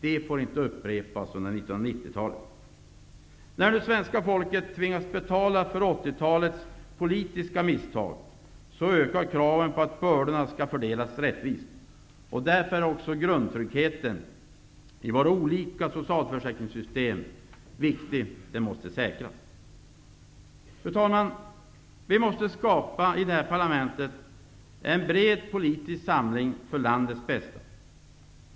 Det får inte upprepas under När svenska folket nu tvingas betala för 1980-talets politiska misstag ökar kraven på att bördorna skall fördelas rättvist. Därför är det viktigt att grundtryggheten i våra olika socialförsäkringssystem säkras. Fru talman! Vi måste här i parlamentet skapa en bred politisk samling för landets bästa.